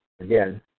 again